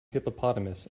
hippopotamus